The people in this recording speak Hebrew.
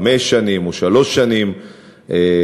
חמש שנים או שלוש שנים אחרי,